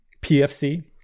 PFC